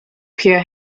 pierre